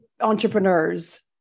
entrepreneurs